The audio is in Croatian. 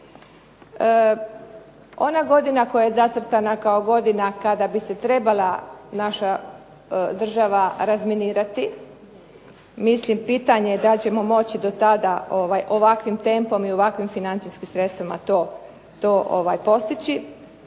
Ona godina koja je zacrtana kao godina kada bi se trebala naša država razminirati, mislim pitanje je da li ćemo moći do tada ovakvim tempom i ovakvim financijskim sredstvima to postići.